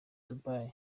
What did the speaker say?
dubai